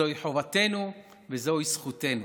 זוהי חובתנו וזוהי זכותנו.